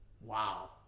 Wow